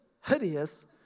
hideous